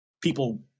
People